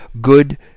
good